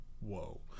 whoa